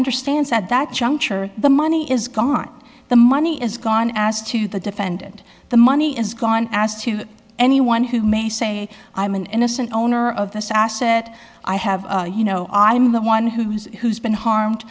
understands at that juncture the money is gone the money is gone as to the defendant the money is gone as to anyone who may say i am an innocent owner of this asset i have you know i'm the one who's who's been harmed